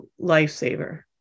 lifesaver